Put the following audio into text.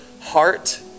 heart